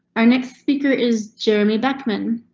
our next speaker is jeremy blackman.